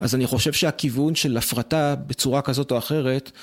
אז אני חושב שהכיוון של הפרטה בצורה כזאת או אחרת